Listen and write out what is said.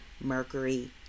mercury